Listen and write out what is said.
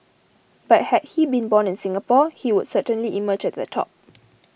but had he been born in Singapore he would certainly emerge at the top